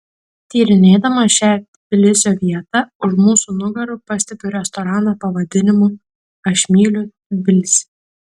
tyrinėdama šią tbilisio vietą už mūsų nugarų pastebiu restoraną pavadinimu aš myliu tbilisį